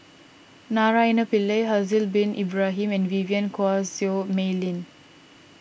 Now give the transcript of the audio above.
Naraina Pillai Haslir Bin Ibrahim and Vivien Quahe Seah Mei Lin